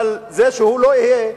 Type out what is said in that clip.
אבל זה שהוא לא יהיה,